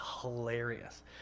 hilarious